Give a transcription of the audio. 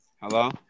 Hello